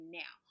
now